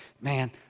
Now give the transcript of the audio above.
man